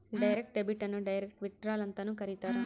direct debit ಅನ್ನು direct withdrawal ಅಂತನೂ ಕರೀತಾರ